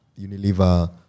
Unilever